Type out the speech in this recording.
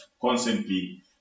constantly